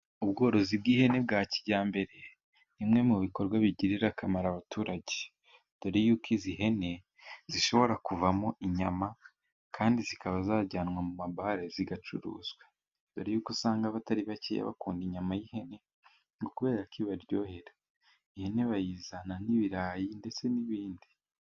Ubworozi bw'ihene bwa kijyambere, ni bimwe mu bikorwa bigirira akamaro abaturage, dore y'uko izi hene zishobora kuvamo, inyama kandi zikaba zajyanwa mu mabare, zigacuruzwa dore y'uko usanga abatari bakeya bakunda inyama y'ihene ngo kubera ko ibaryohera, ihene bayizana n'ibirayi ndetse n'ibindi.